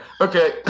Okay